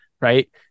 Right